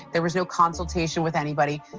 there was no consultation with anybody.